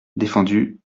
défendu